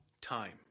time